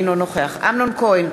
אינו נוכח אמנון כהן,